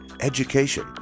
education